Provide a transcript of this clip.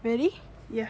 ya